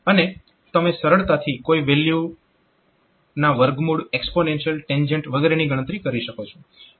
અને તમે સરળતાથી કોઈ વેલ્યુના વર્ગમૂળ એક્સ્પોનેન્શિયલ ટેન્જંટ વગેરેની ગણતરી કરી શકો છો